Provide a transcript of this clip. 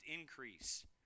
increase